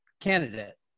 candidate